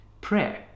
Prayer